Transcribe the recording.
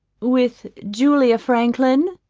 with julia franklin,